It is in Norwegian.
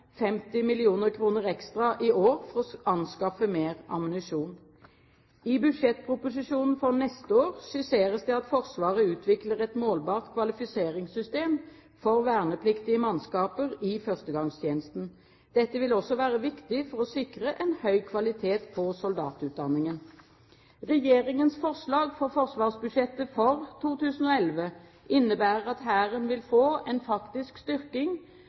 50 mill. kr ekstra i år for å anskaffe mer ammunisjon. I budsjettproposisjonen for neste år skisseres det at Forsvaret utvikler et målbart kvalifiseringssystem for vernepliktige mannskaper i førstegangstjenesten. Dette vil også være viktig for å sikre en høy kvalitet på soldatutdanningen. Regjeringens forslag til forsvarsbudsjettet for 2011 innebærer at Hæren vil få en faktisk styrking